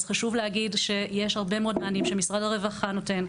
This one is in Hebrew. אז חשוב להגיד שיש הרבה מאוד מענים שמשרד הרווחה נותן.